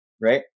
Right